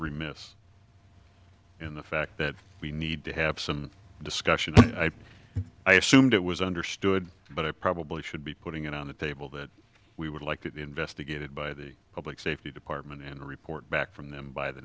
remiss in the fact that we need to have some discussion i assumed it was understood but i probably should be putting it on the table that we would like to be investigated by the public safety department and report back from them by the